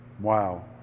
Wow